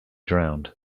drowned